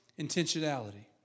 intentionality